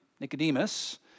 Nicodemus